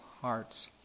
hearts